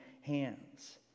hands